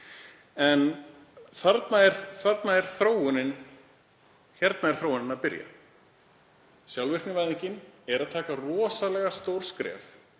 En hérna er þróunin að byrja. Sjálfvirknivæðingin er að taka rosalega stórt stökk